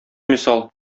мисал